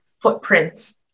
footprints